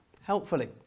Helpfully